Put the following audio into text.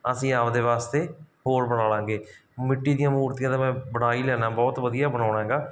ਅਸੀਂ ਆਪਣੇ ਵਾਸਤੇ ਹੋਰ ਬਣਾ ਲਾਂਗੇ ਮਿੱਟੀ ਦੀਆਂ ਮੂਰਤੀਆਂ ਤਾਂ ਮੈਂ ਬਣਾ ਹੀ ਲੈਣਾ ਬਹੁਤ ਵਧੀਆ ਬਣਾਉਂਦਾ ਹੈਗਾ